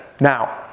Now